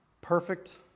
perfect